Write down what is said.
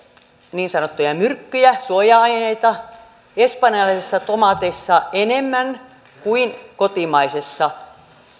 niin sanottuja myrkkyjä suoja aineita espanjalaisissa tomaateissa enemmän kuin kotimaisissa